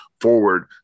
forward